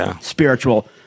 spiritual